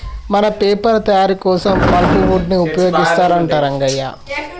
మన పేపర్ తయారీ కోసం పల్ప్ వుడ్ ని ఉపయోగిస్తారంట రంగయ్య